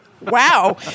wow